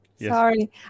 Sorry